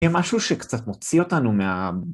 יהיה משהו שקצת מוציא אותנו מה...